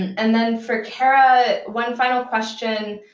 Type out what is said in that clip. and then for kara, one final question.